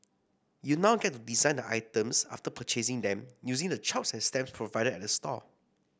you now get to design the items after purchasing them using the chops and stamps provided at the store